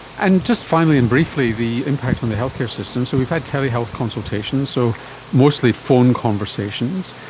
and just finally and briefly the impact on the healthcare system, so we've had telehealth consultations, so mostly phone conversations.